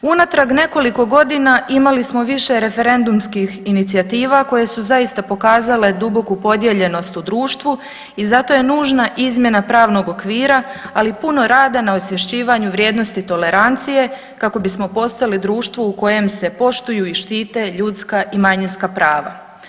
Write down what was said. Unatrag nekoliko godina imali smo više referendumskih inicijativa koje su zaista pokazale duboku podijeljenost u društvu i zato je nužna izmjena pravnog okvira, ali puno rada na osvješćivanju vrijednosti tolerancije kako bismo postali društvo u kojem se poštuju i štite ljudska i manjinska prava.